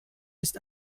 ist